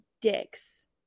dicks